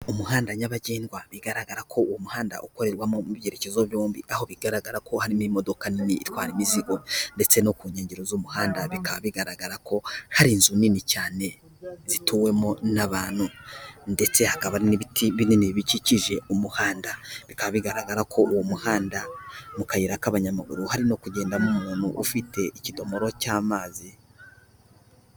Umuhanda nyabagendwa bigaragara ko uwo muhanda ukorerwamo mu byerekezo byombi, aho bigaragara ko harimo imodoka nini itwara imizigo ndetse no ku nkengero z'umuhanda bikaba bigaragara ko hari inzu nini cyane zituwemo n'abantu ndetse hakaba n'ibiti binini bikikije umuhanda. Bikaba bigaragara ko uwo muhanda, mu kayira k'abanyamaguru hari no kugendamo umuntu ufite ikidomoro cy'amazi.